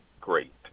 great